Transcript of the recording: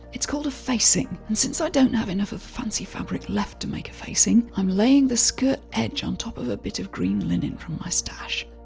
it's called a facing. and since i don't have enough of the fancy fabric left to make a facing, i'm laying the skirt edge on top of a bit of green linen from my stash,